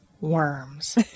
worms